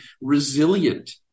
resilient